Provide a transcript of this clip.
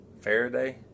Faraday